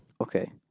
Okay